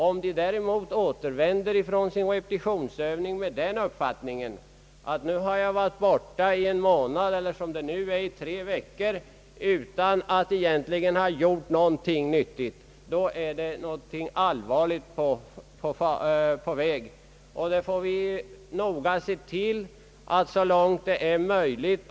Om de värnpliktiga återvänder från sin repetitionsövning med den uppfattningen, att de varit borta en månad eller tre veckor utan att egentligen ha gjort något nyttigt, är det något allvarligt fel i systemet.